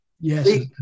Yes